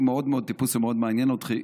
הוא טיפוס שמאוד מעניין אותי,